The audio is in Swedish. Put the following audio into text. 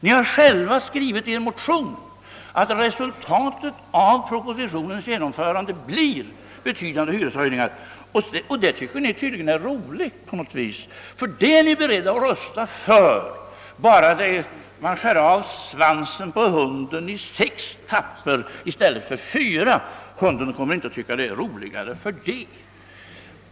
Ni har själva skrivit i er motion att resultatet av regeringsförslagets genomförande blir betydande hyreshöjningar. Ni tycker tydligen, eftersom ni är beredda att rösta för det, att det på något vis är roligt, om bara svansen på hunden skärs av i sex etapper i stället för fyra. Men hunden kommer inte att tycka det är roligare för det!